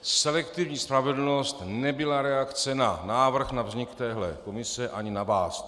Selektivní spravedlnost nebyla reakce na návrh na vznik téhle komise ani na vás.